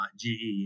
GE